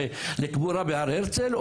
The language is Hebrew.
לקבורה בהר הרצל,